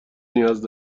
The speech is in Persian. نیاز